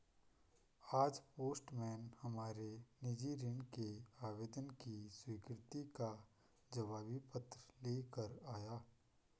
आज पोस्टमैन हमारे निजी ऋण के आवेदन की स्वीकृति का जवाबी पत्र ले कर आया